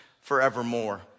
forevermore